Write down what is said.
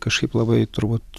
kažkaip labai turbūt